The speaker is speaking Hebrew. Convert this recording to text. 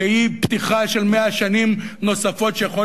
שהיא פתיחה של 100 שנים נוספות שיכול